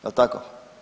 Jel tako?